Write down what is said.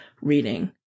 reading